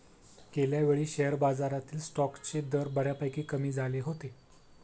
गेल्यावेळी शेअर बाजारातील स्टॉक्सचे दर बऱ्यापैकी कमी झाले होते